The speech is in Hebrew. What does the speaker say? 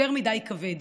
יותר מדי כבד.